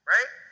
Right